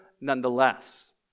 nonetheless